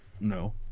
No